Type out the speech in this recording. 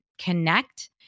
connect